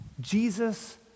Jesus